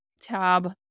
tab